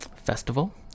festival